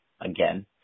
Again